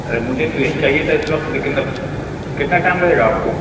ارے مجھے تو یہی چاہیے تھا اس وقت لیکن اب کتنا ٹائم لگے گا آپ کو